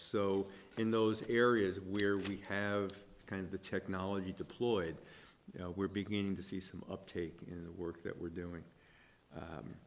so in those areas where we have kind of the technology deployed we're beginning to see some uptake in the work that we're doing